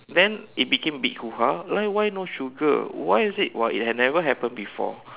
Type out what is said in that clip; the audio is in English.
then it become big hoo-ha like why no sugar why is it while it had never happened before